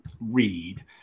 read